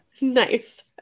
Nice